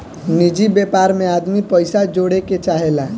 निजि व्यापार मे आदमी पइसा जोड़े के चाहेला